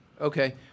Okay